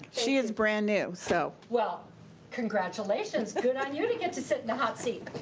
she is brand new, so. well congratulations. good on you to get to sit in the hot seat.